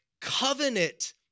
covenant